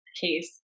case